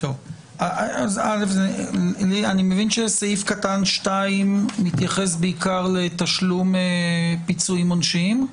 אני מבין שסעיף קטן (2) מתייחס בעיקר לתשלום פיצויים עונשיים.